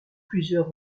plusieurs